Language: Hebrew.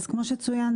כמו שצוין,